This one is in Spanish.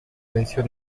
venció